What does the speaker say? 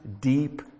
deep